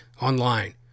online